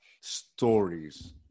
stories